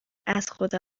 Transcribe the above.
ازخدا